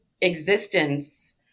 existence